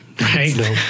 Right